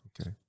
okay